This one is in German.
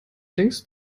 denkst